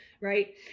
right